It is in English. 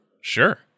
Sure